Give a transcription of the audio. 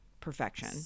perfection